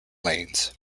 lanes